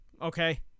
okay